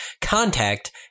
contact